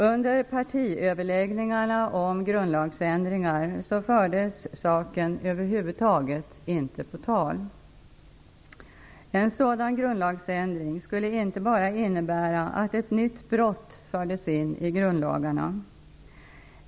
Under partiledaröverläggningarna om grundlagsändringar fördes saken över huvud taget inte på tal. En sådan grundlagsändring skulle inte bara innebära att ett nytt brott fördes in i grundlagarna.